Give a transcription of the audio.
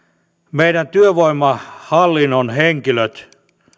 meidän työvoimahallinnon henkilöt